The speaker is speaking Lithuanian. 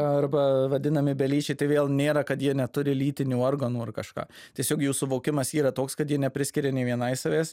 arba vadinami belyčiai tai vėl nėra kad jie neturi lytinių organų ar kažką tiesiog jų suvokimas yra toks kad jie nepriskiria nei vienai savęs